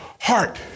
heart